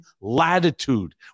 latitude